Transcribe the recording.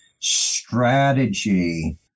strategy